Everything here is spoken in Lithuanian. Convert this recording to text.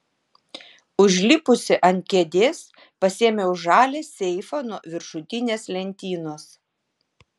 užlipusi ant kėdės pasiėmiau žalią seifą nuo viršutinės lentynos